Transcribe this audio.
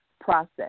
process